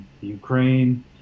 Ukraine